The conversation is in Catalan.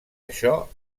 això